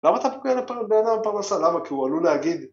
‫למה אתה פוגע לבן אדם בפרנסה? למה ‫כי הוא עלול להגיד...